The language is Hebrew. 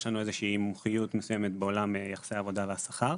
יש לנו מומחיות מסוימת בעולם יחסי העבודה והשכר.